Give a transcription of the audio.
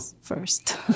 First